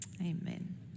amen